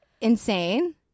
insane